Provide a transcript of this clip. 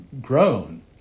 grown